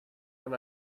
when